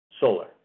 solar